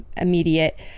immediate